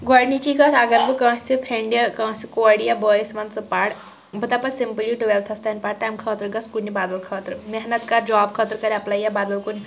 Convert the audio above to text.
گۄڈٕنِچی کَتھ اَگر بہٕ کٲنٛسہِ فرٛیٚنٛڈِ کٲنٛسہِ کورِ یا بھٲیِس وَنہٕ ژٕ پَر بہٕ دَپَس سِمپٕلی ٹُویٚلتھس تانۍ پَر تَمہِ خٲطرٕ گژھ کُنہِ بدل خٲطرٕ محنت کر جوٛاب خٲطرٕ کر ایٚپلاے یا بدل کُنہِ